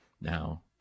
Now